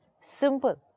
simple